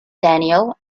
daniel